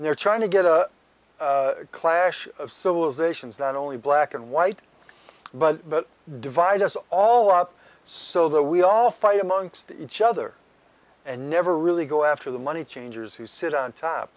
course they're trying to get a clash of civilizations that only black and white but divide us all up so that we all fight amongst each other and never really go after the money changers who sit on top